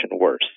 worse